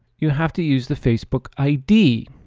you have to use the facebook id.